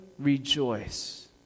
rejoice